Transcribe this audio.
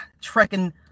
trekking